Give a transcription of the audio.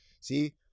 See